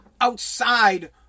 outside